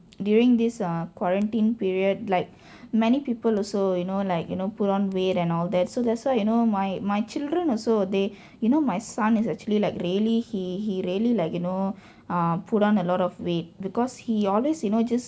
during this uh quarantine period like many people also you know like you know put on weight and all that so that's why you know my my children also they you know my son is actually like really he he really like you know uh put on a lot of weight because he always you know just